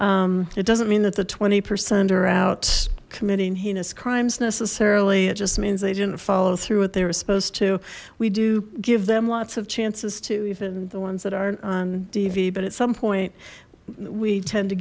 it doesn't mean that the twenty percent are out committing heinous crimes necessarily it just means they didn't follow through what they were supposed to we do give them lots of chances to even the ones that aren't on tv but at some point we tend to